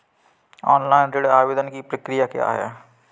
Online ऋण आवेदन की प्रक्रिया क्या है?